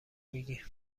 میگی